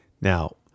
Now